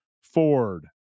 Ford